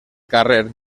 carrer